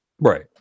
Right